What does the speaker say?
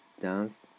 dance